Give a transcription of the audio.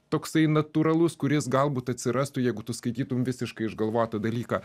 toksai natūralus kuris galbūt atsirastų jeigu tu skaitytum visiškai išgalvotą dalyką